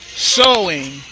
sowing